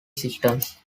systems